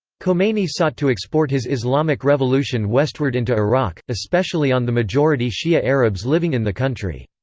khomeini sought to export his islamic revolution westward into iraq, especially on the majority shi'a arabs living in the country.